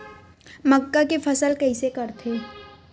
मक्का के फसल कइसे करथे?